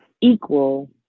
equal